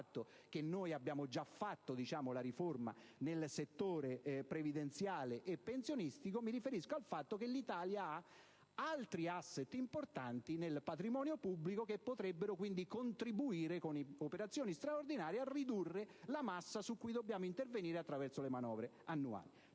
al fatto che abbiamo già realizzato la riforma nel settore previdenziale e pensionistico e al fatto che l'Italia ha altri *asset* importanti nel patrimonio pubblico che potrebbero contribuire, con operazioni straordinarie, a ridurre la massa su cui dobbiamo intervenire attraverso le manovre annuali.